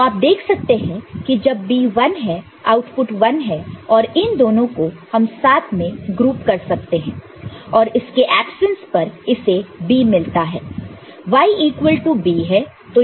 तो आप देख सकते हैं कि जब B 1 है आउटपुट 1 है और इन दोनों को हम साथ में ग्रुप कर सकते हैं और इसके एप्सनस पर इसे B मिला होता Y इक्वल टू B है